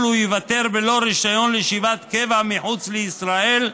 ייוותר אותו אדם בלא רישיון לישיבת קבע מחוץ לישראל,